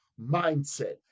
mindset